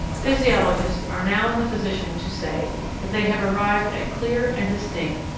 physiologists are now in the position to say that they have arrived at clear and distinct,